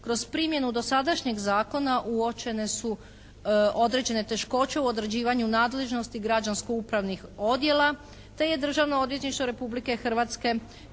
Kroz primjenu dosadašnjeg zakona uočene su određene teškoće u određivanju nadležnosti građansko-upravnih odjela. Te je Državno odvjetništvo Republike Hrvatske